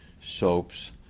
soaps